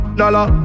dollar